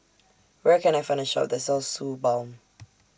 Where Can I Find A Shop that sells Suu Balm